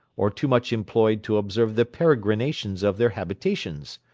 or too much employed to observe the peregrinations of their habitations.